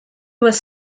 was